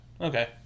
Okay